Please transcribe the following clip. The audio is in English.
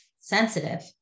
sensitive